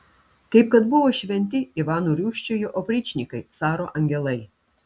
kaip kad buvo šventi ivano rūsčiojo opričnikai caro angelai